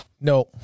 No